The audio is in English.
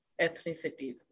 ethnicities